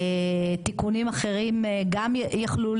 תיקונים אחרים גם יכלו